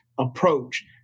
approach